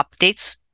updates